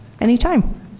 anytime